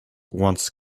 once